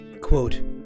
quote